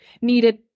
needed